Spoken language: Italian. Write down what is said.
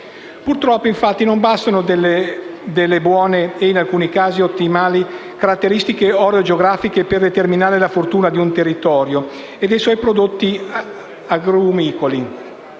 Purtroppo, infatti, non bastano delle buone e, in alcuni casi, ottimali caratteristiche orogeografiche per determinare la fortuna di un territorio e dei suoi prodotti agrumicoli.